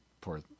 Poor